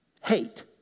Hate